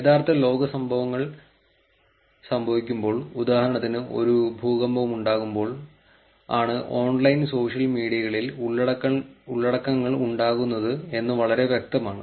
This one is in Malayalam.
യഥാർത്ഥ ലോക സംഭവങ്ങൾ സംഭവിക്കുമ്പോൾ ഉദാഹരണത്തിന് ഒരു ഭൂകമ്പമുണ്ടാകുമ്പോൾ ആണ് ഓൺലൈൻ സോഷ്യൽ മീഡിയകളിൽ ഉള്ളടക്കങ്ങൾ ഉണ്ടാകുന്നത് എന്ന് വളരെ വ്യക്തമാണ്